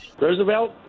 Roosevelt